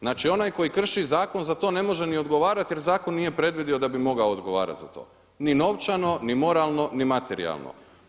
Znači onaj koji krši za to ne može ni odgovarati jer zakon nije predvidio da bi mogao odgovarati za to, ni novčano, no moralno ni materijalno.